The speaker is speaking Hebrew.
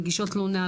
מגישות תלונה,